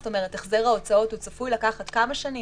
זאת אומרת שהחזר ההוצאות צפוי לקחת כמה שנים,